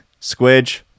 Squidge